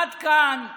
עד כאן הסתדרתי.